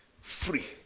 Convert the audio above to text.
Free